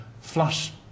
flush